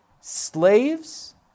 Slaves